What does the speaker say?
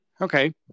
Okay